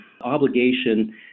obligation